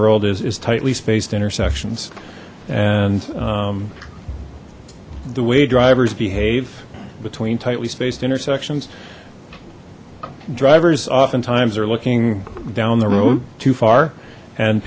world is is tightly spaced intersections and the way drivers behave between tightly spaced intersections drivers oftentimes they're looking down the road too far and